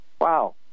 wow